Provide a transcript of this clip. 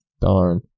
Darn